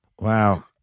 Wow